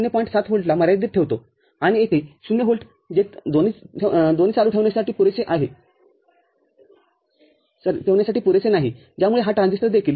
७ व्होल्टला मर्यादित ठेवतो आणि येथे ० व्होल्ट जे ते दोन्ही चालू ठेवण्यासाठी पुरेसे नाही ज्यासाठी हा ट्रान्झिस्टर देखील आहे